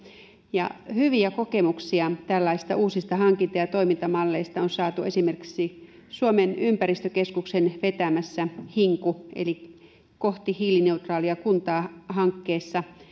ja hyviä kokemuksia tällaisista uusista hankinta ja toimintamalleista on saatu esimerkiksi suomen ympäristökeskuksen vetämässä hinku eli kohti hiilineutraalia kuntaa hankkeessa